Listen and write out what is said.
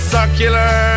Circular